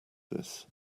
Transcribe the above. this